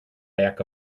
back